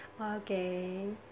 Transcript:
Okay